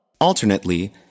Alternately